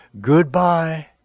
Goodbye